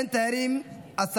לסדר-היום בנושא: אין תיירים, עסקים